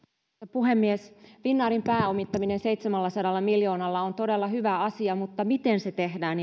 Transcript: puhemies finnairin pääomittaminen seitsemälläsadalla miljoonalla on todella hyvä asia mutta se miten se tehdään